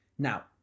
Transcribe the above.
Now